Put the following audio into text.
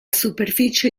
superficie